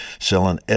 selling